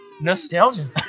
Nostalgia